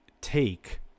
take